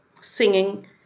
singing